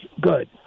good